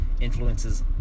influences